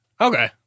Okay